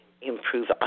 improve